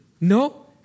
No